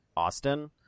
austin